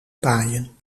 paaien